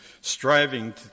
striving